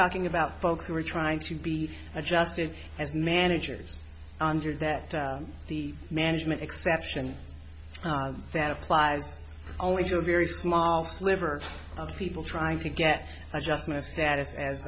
talking about folks who are trying to be adjusted as managers under that the management exception that applies only to a very small sliver of people trying to get adjustment of status as